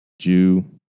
Jew